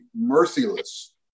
merciless